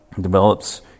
develops